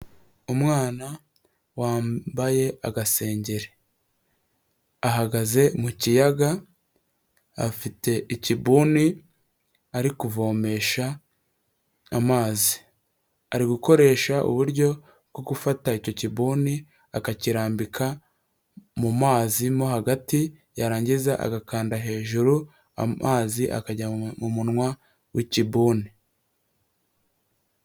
Umwana wambaye agasengeri, ahagaze mu kiyaga afite ikibuni ari kuvomesha amazi, ari gukoresha uburyo bwo gufata icyo kiguni akakirambika mu mazi mo hagati yarangiza agakanda hejuru amazi akajya mu munwa w'ikibuni.